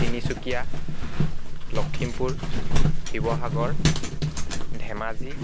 Tinsukia Lakhimpur Sivasagar Dhemaji